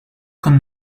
could